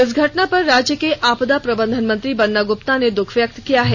इस घटना पर राज्य के आपदा प्रबंधन मंत्री बन्ना गुप्ता ने दुख व्यक्त किया है